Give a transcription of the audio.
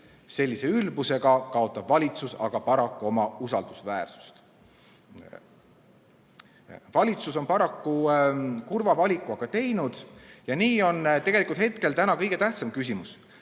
Sellise ülbusega kaotab valitsus aga paraku usaldusväärsust. Valitsus on aga oma kurva valiku teinud ja nii on tegelikult praegu kõige tähtsam küsimus,